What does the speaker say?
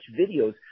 videos